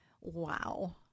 Wow